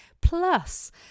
plus